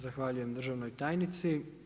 Zahvaljujem državnoj tajnici.